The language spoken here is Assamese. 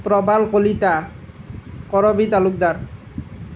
প্ৰবাল কলিতা কৰবী তালুকদাৰ